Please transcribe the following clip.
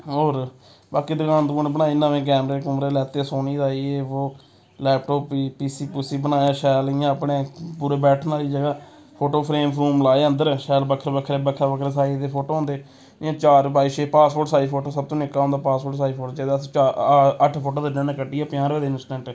होर बाकी दकान दकून बनाई नमें कैमरे कुमरे लैते सोनी दा ये वो लैपटाप पी सी पुसी बनाया शैल इ'यां अपने पूरे बैठने आह्ली जगह फोटो फ्रेम फ्रूम लाए अंदर शैल बक्खरे बक्खरे बक्खरे बक्खरे साइज दे फोटो होंदे इयां चार बाई छे पासपोट साज़ फोटो सब तू निक्का होंदा पासपोट साइज फोटो जेह्दा अस चार अट्ठ फोटो दिन्ने होन्ने कड्ढियै पंजाह रपेऽ दे इनस्टैंट